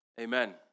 Amen